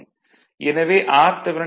எனவே rth 0 xth 0